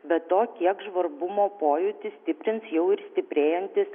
be to kiek žvarbumo pojūtį stiprins jau ir stiprėjantis